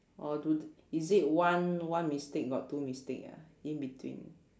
or do t~ is it one one mistake got two mistake ah in between